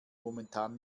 momentan